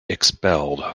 expelled